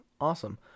Awesome